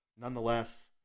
nonetheless